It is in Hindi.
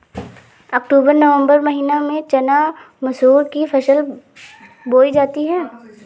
अक्टूबर नवम्बर के महीना में चना मसूर की फसल बोई जाती है?